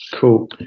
cool